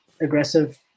aggressive